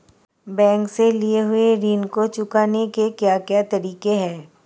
Bank से लिए हुए ऋण को चुकाने के क्या क्या तरीके हैं?